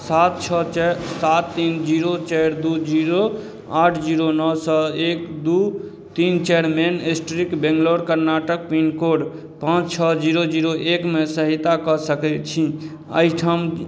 सात छओ सात तीन जीरो चारि दुइ जीरो आठ जीरो नओ सओ एक दुइ तीन चारि main street Bengaluru Karnataka pin code पाँच छओ जीरो जीरो एकमे सहायता कऽ सकै छी एहिठाम